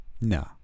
No